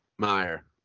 Meyer